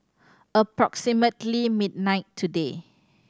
approximately midnight today